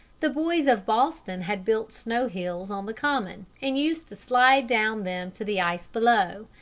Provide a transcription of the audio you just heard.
the boys of boston had built snow hills on the common, and used to slide down them to the ice below,